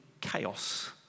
chaos